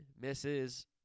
misses